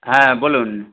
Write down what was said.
হ্যাঁ বলুন